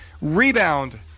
rebound